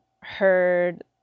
heard